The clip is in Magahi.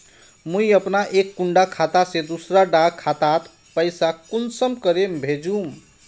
मुई अपना एक कुंडा खाता से दूसरा डा खातात पैसा कुंसम करे भेजुम?